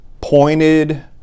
pointed